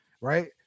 right